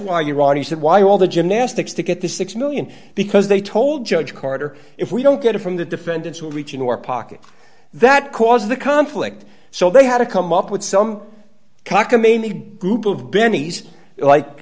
why you already said why all the gymnastics to get the six million because they told judge carter if we don't get it from the defendants will reach into our pocket that caused the conflict so they had to come up with some cockamamie group of